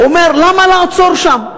אומר: למה לעצור שם?